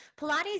Pilates